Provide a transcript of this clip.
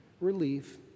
relief